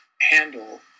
handle